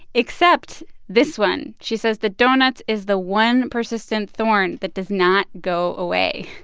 except this one. she says the doughnuts is the one persistent thorn that does not go away.